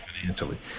financially